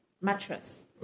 mattress